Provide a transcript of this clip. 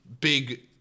big